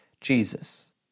Jesus